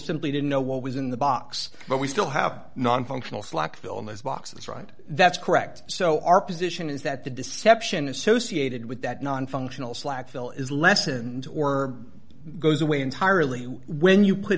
simply didn't know what was in the box but we still have nonfunctional slack villainous boxes right that's correct so our position is that the deception associated with that nonfunctional slack phil is lessened or goes away entirely when you put